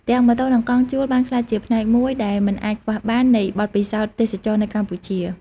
ទាំងម៉ូតូនិងកង់ជួលបានក្លាយជាផ្នែកមួយដែលមិនអាចខ្វះបាននៃបទពិសោធន៍ទេសចរណ៍នៅកម្ពុជា។